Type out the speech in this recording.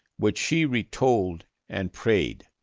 which she retold and prayed